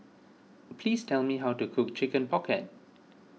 please tell me how to cook Chicken Pocket